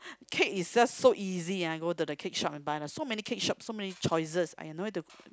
cake is just so easy ah go to cake shop and buy lah so make cake shop so many choices !aiya! don't need to